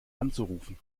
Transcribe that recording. anzurufen